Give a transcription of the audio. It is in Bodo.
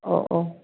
अह अह